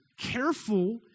careful